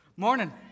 Morning